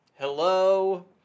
Hello